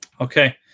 Okay